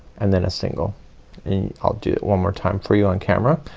and then a single and i'll do it one more time for you on camera.